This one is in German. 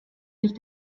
nicht